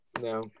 No